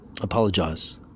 apologize